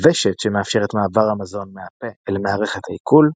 הוושט שמאפשר את מעבר המזון מהפה אל מערכת העיכול,